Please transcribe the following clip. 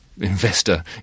investor